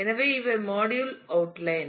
எனவே இவை module outline